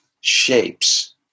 shapes